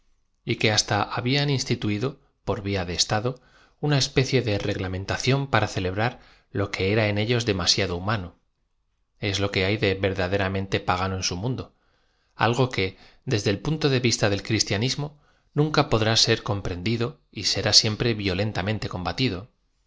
y que hasta hablan instituido por v ía de estado una espe cie de reglamentación para celebrar lo que era en ellos demasiado humano es lo que hay de verdaderamente pagano en su mundo algo que desde el punto de v is ta del cristianismo nunca podrá ser comprendido y será siempre violentamente combatido